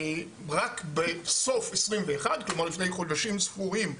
רק בסוף 2021 כלומר לפני חודשים ספורים,